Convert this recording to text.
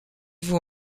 vous